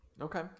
Okay